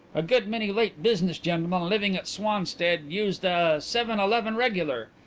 a good many late business gentlemen living at swanstead use the seven-eleven regular.